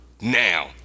now